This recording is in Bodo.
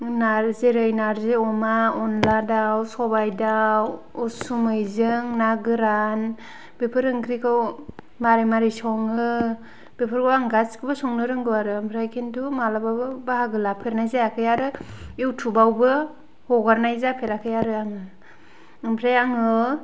जेरै नार्जि अमा अनला दाउ सबाइ दाउ उसुमैजों ना गोरान बेफोर ओंख्रिखौ मारै मारै सङो बेफोरखौ आं गासिखौबो संनो रोंगौ आरो आं ओमफ्राय किन्तु मालाबाबो बाहागो लाफेरनाय जायाखै आरो इउटुबावबो हगारनाय जाफेराखै आरो आङो ओमफ्राय आङो